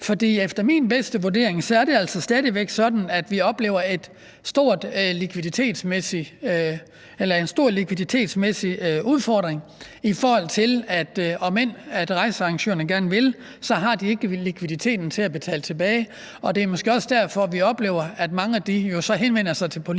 efter min bedste vurdering er det altså stadig væk sådan, at vi oplever en stor likviditetsmæssig udfordring, i forhold til at rejsearrangørerne, om end de gerne vil, så ikke har likviditeten til at betale tilbage. Og det er måske også derfor, vi oplever, at mange jo så henvender sig til politikerne